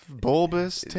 bulbous